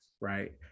right